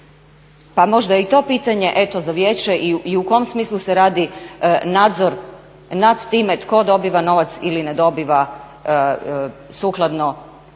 Pa možda je to pitanje eto za vijeće i u kom smislu se radi nadzor nad time tko dobiva novac ili ne dobiva sukladno